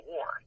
War